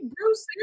Bruce